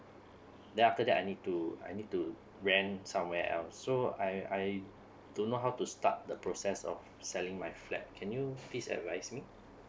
then after that I need to I need to rent somewhere else so I I don't know how to start the process of selling my flat can you please advise me